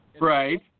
Right